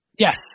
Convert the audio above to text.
Yes